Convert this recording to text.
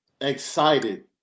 excited